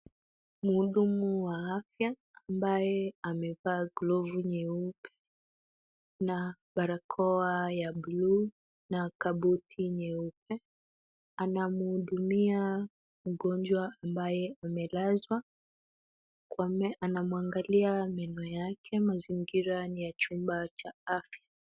Muhudumu wa afya ambaye amevaa glove nyeupe, na barakoa ya blue na kabuti nyeupe. Anamuhudumia mgonjwa ambaye amelazwa, kwame, anamuangalia meno yake. Mazingira ni ya chumba cha afya.